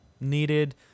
needed